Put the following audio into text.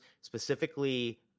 specifically